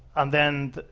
and then,